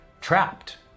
trapped